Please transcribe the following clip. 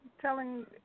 telling